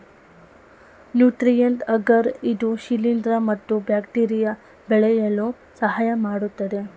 nutrient agar ಇದು ಶಿಲಿಂದ್ರ ಮತ್ತು ಬ್ಯಾಕ್ಟೀರಿಯಾ ಬೆಳೆಯಲು ಸಹಾಯಮಾಡತ್ತದೆ